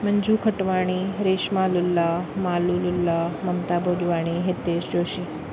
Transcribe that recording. Manju Khatwani Reshma Lulla Malu Lulla Mamta Budwani Hitesh Joshi